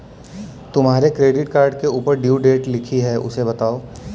तुम्हारे credit card के ऊपर ड्यू डेट लिखी है उसे बताओ